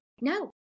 No